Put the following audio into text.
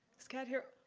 is cat here?